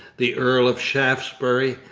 the earl of shaftesbury,